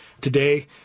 Today